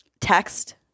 text